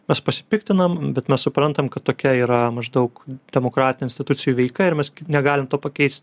mes pasipiktinam bet mes suprantam kad tokia yra maždaug demokratinių institucijų veika ir mes negalim to pakeist